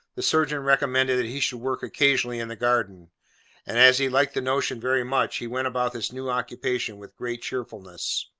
the surgeon recommended that he should work occasionally in the garden and as he liked the notion very much, he went about this new occupation with great cheerfulness.